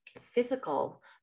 physical